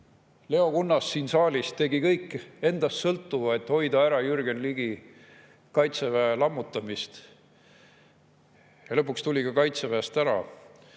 Leo Kunnas siin saalis tegi kõik endast sõltuva, et hoida ära Jürgen Ligi Kaitseväe lammutamist. Lõpuks tuli Kaitseväest ära.